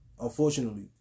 unfortunately